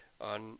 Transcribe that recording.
on